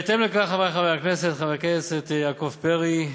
חברי חברי הכנסת, חבר הכנסת יעקב פרי,